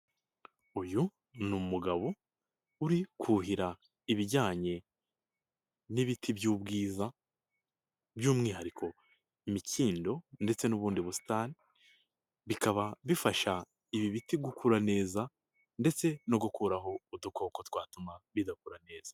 Uyu ni umugabo uri kuhira ibijyanye n'ibiti by'ubwiza by'umwihariko imikindo ndetse n'ubundi busitani, bikaba bifasha ibi biti gukura neza ndetse no gukuraho udukoko twatuma bidakura neza.